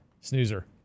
snoozer